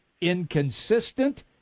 inconsistent